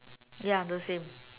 ya the same